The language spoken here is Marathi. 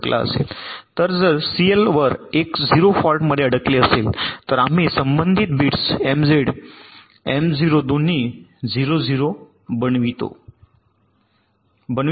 तर जर सीएल वर 0 फॉल्टमध्ये अडकले असेल तर आम्ही संबंधित बिट्स एमझेड M0 दोन्ही 0 0 बनवितो का